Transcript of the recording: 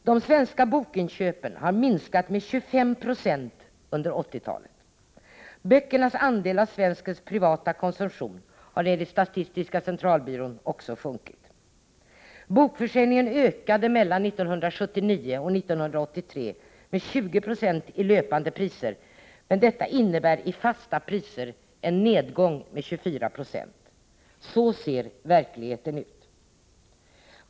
De svenska bokinköpen har minskat med 25 96 under 1980-talet. Böckernas andel av svenskens privata konsumtion har enligt statistiska centralbyrån också sjunkit. Bokförsäljningen ökade mellan 1979 och 1983 med 20 96 i löpande priser, men detta innebär i fasta priser en nedgång med 2496. Så ser verkligheten ut.